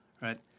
right